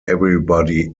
everybody